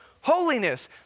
holiness